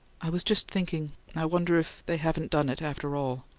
i was just thinking i wonder if they haven't done it, after all.